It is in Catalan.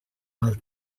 mal